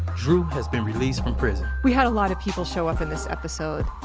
drew has been released from prison we had a lot of people show up in this episode.